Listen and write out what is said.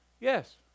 Yes